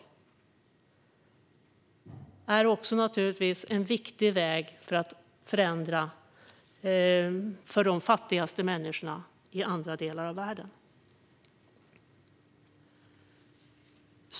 Det är naturligtvis också en viktig väg för att förändra för de fattigaste människorna i andra delar av världen.